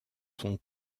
sont